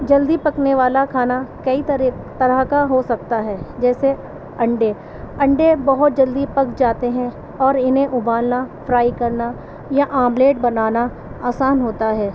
جلدی پکنے والا کھانا کئی طرح طرح کا ہو سکتا ہے جیسے انڈے انڈے بہت جلدی پک جاتے ہیں اور انہیں ابالنا فرائی کرنا یا آملیٹ بنانا آسان ہوتا ہے